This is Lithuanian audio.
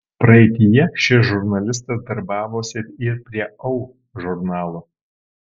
praeityje šis žurnalistas darbavosi ir prie au žurnalo